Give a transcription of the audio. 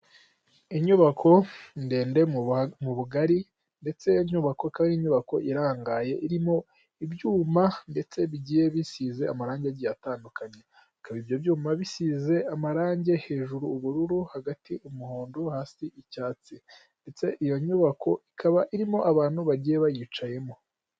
Inyubako ndende bugari ndetse iyo inyuba ari nyubako irangaye irimo ibyuma ndetse bigiye bisize amarangigi atandukanye, bikaba ibyo byuma bisize amarangi hejuru ubururu, hagati umuhondo hasi icyatsi ndetse iyo nyubako ikaba irimo abantu bagiye bayicayemo.